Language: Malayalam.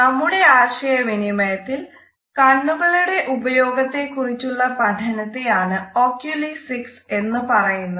നമ്മുടെ ആശയവിനിമയത്തിൽ കണ്ണുകളുടെ ഉപയോഗത്തെ കുറിച്ചുള്ള പഠനത്തെയാണ് ഒക്യുലസിക്സ് എന്ന് പറയുന്നത്